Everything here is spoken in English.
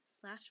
slash